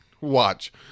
Watch